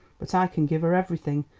but i can give her everything,